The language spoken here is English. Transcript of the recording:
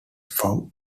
from